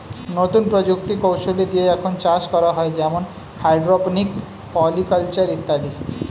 নতুন প্রযুক্তি কৌশলী দিয়ে এখন চাষ করা হয় যেমন হাইড্রোপনিক, পলি কালচার ইত্যাদি